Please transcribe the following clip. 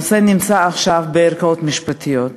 הנושא נמצא עכשיו בערכאות משפטיות,